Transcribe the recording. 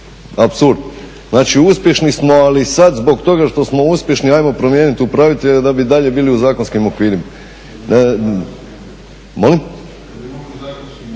apsurd? Znači, uspješni smo ali sad zbog toga što smo uspješni ajmo promijeniti upravitelja da bi i dalje bili u zakonskim okvirima. …